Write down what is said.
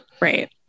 Right